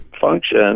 function